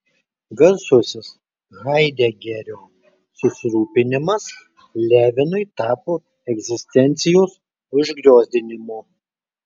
garsusis haidegerio susirūpinimas levinui tapo egzistencijos užgriozdinimu